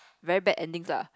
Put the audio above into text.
very bad endings lah